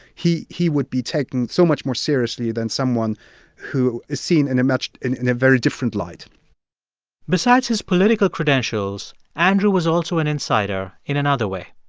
he he would be taken so much more seriously than someone who is seen in a much in a very different light besides his political credentials, andrew was also an insider in another way.